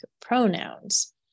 pronouns